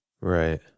Right